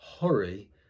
hurry